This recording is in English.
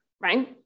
right